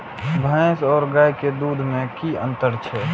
भैस और गाय के दूध में कि अंतर छै?